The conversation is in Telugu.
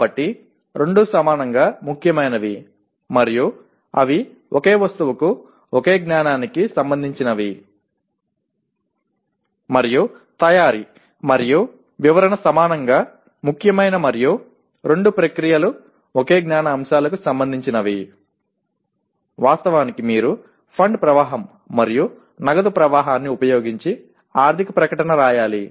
కాబట్టి రెండూ సమానంగా ముఖ్యమైనవి మరియు అవి ఒకే వస్తువుకు ఒకే జ్ఞానానికి సంబంధించినవి మరియు తయారీ మరియు వివరణ సమానంగా ముఖ్యమైనవి మరియు రెండు ప్రక్రియలు ఒకే జ్ఞాన అంశాలకు సంబంధించినవి వాస్తవానికి మీరు ఫండ్ ప్రవాహం మరియు నగదు ప్రవాహాన్ని ఉపయోగించి ఆర్థిక ప్రకటన రాయాలి